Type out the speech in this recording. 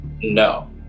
no